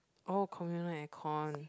oh communal air con